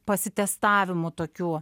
pasitestavimų tokių